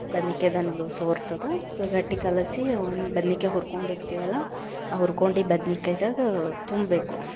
ಬದ್ನಿಕಾಯ್ದಂದು ಸೋರ್ತದೆ ಸೊ ಗಟ್ಟಿ ಕಲಸಿ ಒಂದು ಬದ್ನಿಕಾಯಿ ಹುರ್ಕೊಂಡಿರ್ತೀವಲ್ಲ ಆ ಹುರ್ಕೊಂಡಿದ್ದ ಬದ್ನೆಕಾಯ್ದಾಗ ತುಂಬಬೇಕು